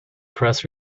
press